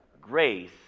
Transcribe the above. grace